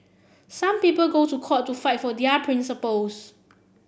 some people go to court to fight for their principles